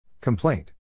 Complaint